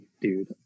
dude